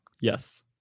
Yes